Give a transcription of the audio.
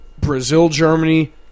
Brazil-Germany